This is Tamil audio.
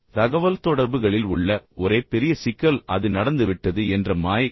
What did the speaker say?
எனவே தகவல்தொடர்புகளில் உள்ள ஒரே பெரிய சிக்கல் அது நடந்துவிட்டது என்ற மாயை